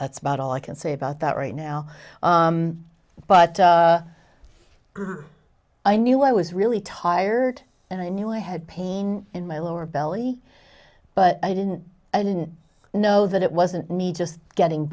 that's about all i can say about that right now but i knew i was really tired and i knew i had pain in my lower belly but i didn't know that it wasn't me just getting